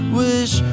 wish